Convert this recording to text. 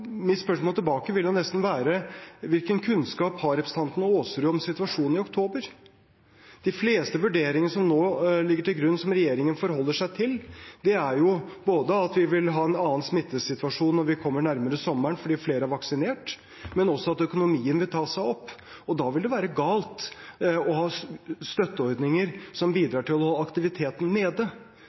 Mitt spørsmål tilbake vil jo nesten være: Hvilken kunnskap har representanten Aasrud om situasjonen i oktober? De fleste vurderinger som nå ligger til grunn som regjeringen forholder seg til, er at vi vil ha en annen smittesituasjon når vi kommer nærmere sommeren, fordi flere er vaksinert, men også at økonomien vil ta seg opp. Da vil det være galt å ha støtteordninger som bidrar til å holde aktiviteten nede.